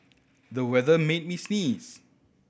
the weather made me sneeze